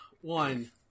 One